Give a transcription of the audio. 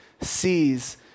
sees